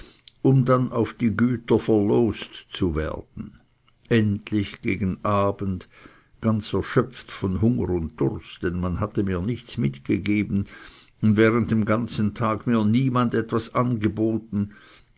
um dann auf die güter verloset zu werden endlich gegen abend ganz erschöpft von hunger und durst denn man hatte mir nichts mitgegeben und während dem ganzen tag mir niemand etwas angeboten